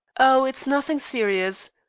oh, it's nothing serious.